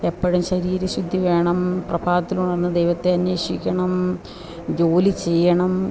എപ്പോഴും ശരീര ശുദ്ധി വേണം പ്രഭാതത്തിൽ ഉണർന്ന് ദൈവത്തെ അന്വേഷിക്കണം ജോലി ചെയ്യണം